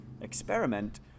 experiment